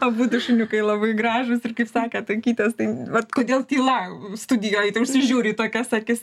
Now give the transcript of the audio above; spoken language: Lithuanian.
abu šuniukai labai gražūs ir kaip sakėt akytės tai vat kodėl tyla studijoje tarsi žiūri į tokias akis